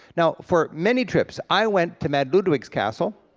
now for many trips i went to mad ludwig's castle,